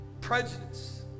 prejudice